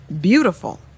beautiful